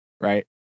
Right